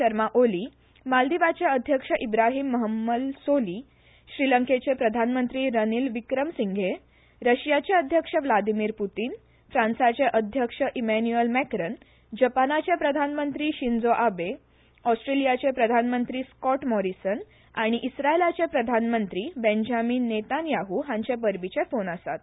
शर्मा ओली मालदिवाचे अध्यक्ष इब्राहिम महंमल सोली श्रीलंकेचे प्रधानमंत्री रनिल विक्रमसिंघे रशियाचे अध्यक्ष व्लादिमिर पुतिन फ्रांन्साचे अध्यक्ष इमेन्युएल मेक्रन जपानाचे प्रधानमंत्री शिंजो आबे ऑस्ट्रेलियाचे प्रधानमंत्री स्कॉट मॉरिसन आनी इस्त्रायलाचे प्रधानमंत्री बेंजामिन नेतानयाह हांचे परबीचे फोन आसात